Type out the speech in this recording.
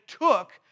took